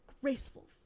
graceful